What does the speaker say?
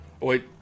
Wait